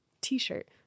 T-shirt